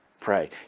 pray